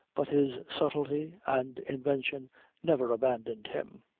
but his subtlety and invention never abandoned him.